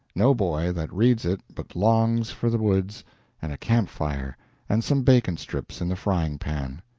no boy that reads it but longs for the woods and a camp-fire and some bacon strips in the frying-pan.